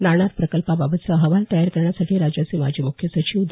नाणार प्रकल्पाबाबतचा अहवाल तयार करण्यासाठी राज्याचे माजी मुख्य सचिव द